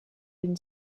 been